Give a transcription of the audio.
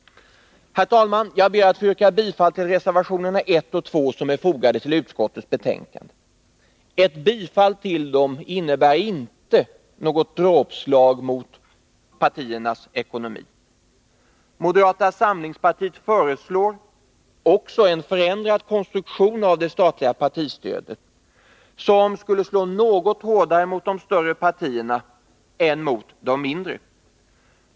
Herr talman! Jag ber att få yrka bifall till reservationerna 1 och 2, som är fogade till utskottets betänkande. Ett bifall till dem innebär inte något dråpslag mot partiernas ekonomi. Moderata samlingspartiet föreslår också en förändrad konstruktion av det statliga partistödet som skulle slå något hårdare mot de större partierna än mot de mindre.